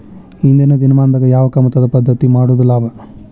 ಇಂದಿನ ದಿನಮಾನದಾಗ ಯಾವ ಕಮತದ ಪದ್ಧತಿ ಮಾಡುದ ಲಾಭ?